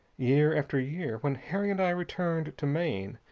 year after year, when harry and i returned to maine,